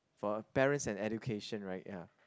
for a parents and education right ya